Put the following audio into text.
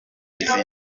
izindi